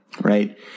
Right